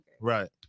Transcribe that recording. right